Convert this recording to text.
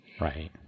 Right